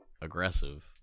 aggressive